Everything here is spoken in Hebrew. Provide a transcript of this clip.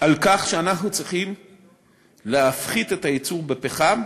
על כך שאנחנו צריכים להפחית את הייצור בפחם,